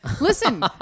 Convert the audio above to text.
listen